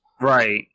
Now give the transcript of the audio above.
right